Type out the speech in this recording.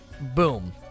boom